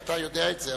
אתה יודע את זה,